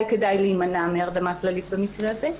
כדאי להימנע מהרדמה כללית במקרה הזה.